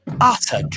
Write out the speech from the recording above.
utter